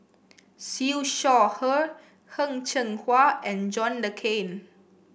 Siew Shaw Her Heng Cheng Hwa and John Le Cain